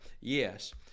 yes